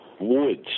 woods